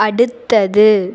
அடுத்தது